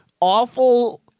awful